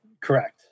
Correct